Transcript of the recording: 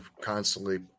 constantly